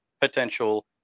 potential